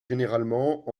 généralement